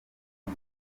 ngo